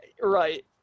Right